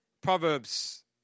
Proverbs